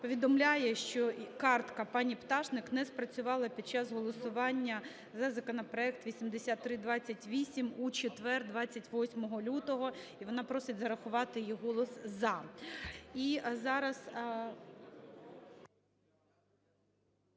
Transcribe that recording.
повідомляє що картка пані Пташник не спрацювала під час голосування за законопроект 8328 у четвер 28 лютого і вона просить зарахувати її голос "за".